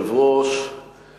רשומות (הצעות חוק,